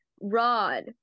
Rod